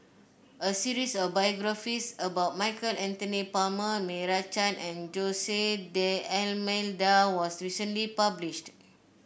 a series of biographies about Michael Anthony Palmer Meira Chand and Jose D'Almeida was recently published